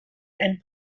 and